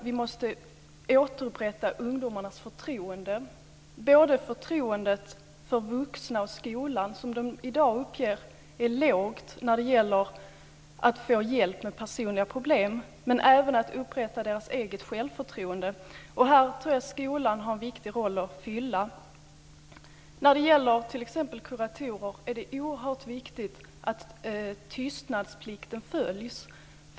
Vi måste återupprätta ungdomarnas förtroende, både förtroendet för vuxna och skolan som de i dag uppger är lågt när det gäller att få hjälp med personliga problem och även deras eget självförtroende. Här har skolan en viktig roll att fylla. När det gäller t.ex. kuratorer är det oerhört viktigt att tystnadsplikten följs.